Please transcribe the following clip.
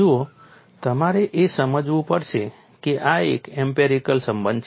જુઓ તમારે એ સમજવું પડશે કે આ એક એમ્પિરિકલ સંબંધ છે